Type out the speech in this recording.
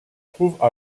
trouve